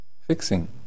fixing